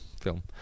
film